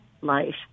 life